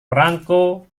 perangko